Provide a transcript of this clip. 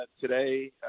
today